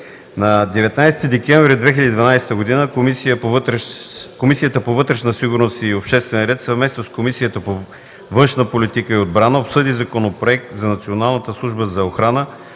На 19 декември 2012 г. Комисията по вътрешна сигурност и обществен ред съвместно с Комисията по външна политика и отбрана обсъди Законопроект за Националната